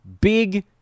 big